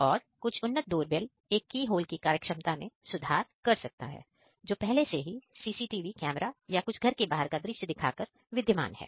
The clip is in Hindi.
और कुछ उन्नत डोर बेल एक की होल की कार्य क्षमता मैं सुधार कर सकता है जो पहले से ही सीसीटीवी कैमरा या कुछ घर के बाहर का दृश्य दिखाकर विद्यमान है